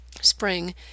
spring